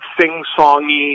sing-songy